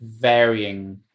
varying